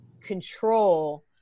control